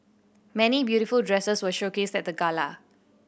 many beautiful dresses were showcased at the gala